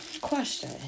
question